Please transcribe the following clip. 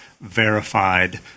verified